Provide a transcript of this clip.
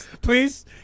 Please